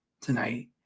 tonight